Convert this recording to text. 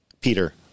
Peter